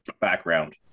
background